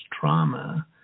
trauma